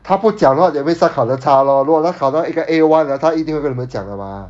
他不讲的话 that means 他考得差 lor 如果他考到一个 A one 他一定会跟你们讲的 mah